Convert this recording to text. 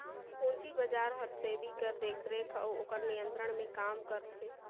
पूंजी बजार हर सेबी कर देखरेख अउ ओकर नियंत्रन में काम करथे